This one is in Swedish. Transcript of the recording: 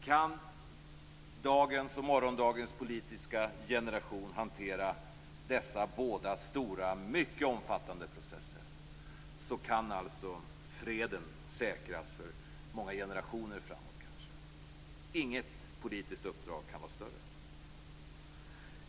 Kan dagens och morgondagens politiska generation hantera dessa båda stora och mycket omfattande processer kan alltså freden säkras för många generationer framåt. Inget politiskt uppdrag kan vara större.